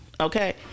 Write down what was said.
Okay